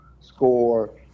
score